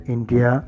India